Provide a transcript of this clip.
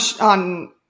on